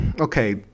Okay